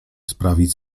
sprawić